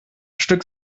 stück